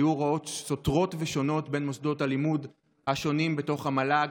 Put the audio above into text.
היו הוראות סותרות ושונות בין מוסדות הלימוד השונים שבתוך המל"ג,